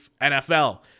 NFL